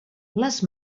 les